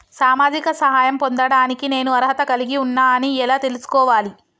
సామాజిక సహాయం పొందడానికి నేను అర్హత కలిగి ఉన్న అని ఎలా తెలుసుకోవాలి?